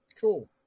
Cool